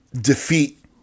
defeat